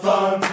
Fun